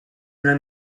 una